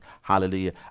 hallelujah